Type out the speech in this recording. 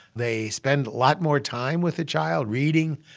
they spend a lot more time with the child reading,